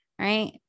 right